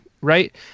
right